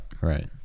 right